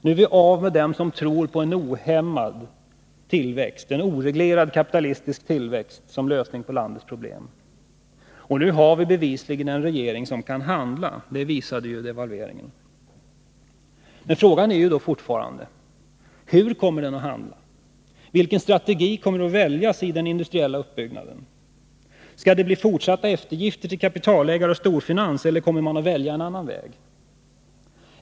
Nu är vi av med dem som tror på en ohämmad och oreglerad kapitalistisk tillväxt som lösning på landets problem. Nu har vi bevisligen en regering som kan handla. Det visade devalveringen. Frågan är dock fortfarande: Hur kommer den att handla? Vilken strategi kommer att väljas i den industriella uppbyggnaden? Skall det bli fortsatta eftergifter till kapitalägare och storfinans? Eller kommer man att välja en annan väg?